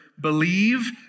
Believe